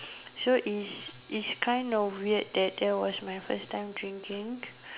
so it's it's kind of weird that that was my first time drinking